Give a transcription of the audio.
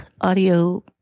audio